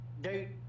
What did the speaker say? dude